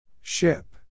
Ship